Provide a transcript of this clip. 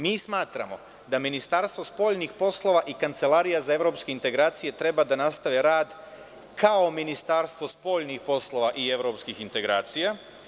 Mi smatramo da Ministarstvo spoljnih poslova i Kancelarija za evropske integracije treba da nastave rad kao Ministarstvo spoljnih poslova i evropskih integracija.